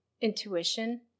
intuition